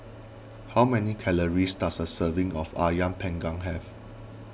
how many calories does a serving of Ayam Panggang have